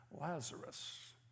Lazarus